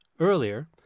Earlier